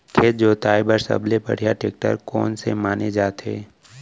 खेत जोताई बर सबले बढ़िया टेकटर कोन से माने जाथे?